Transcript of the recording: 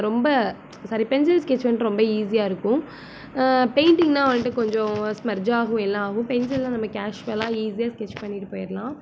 ரொம்ப sorry pencil sketch வந்துட்டு ரொம்ப ஈஸியாக இருக்கும் பெயிண்டிங்ன்னால் வந்துட்டு கொஞ்சம் ஸ்மெர்ஜ் ஆகும் எல்லா ஆகும் பென்சில்ன்னால் நம்ம கேஷ்வலாக ஈஸியாக ஸ்கெட்ச் பண்ணிவிட்டு போயிடலாம்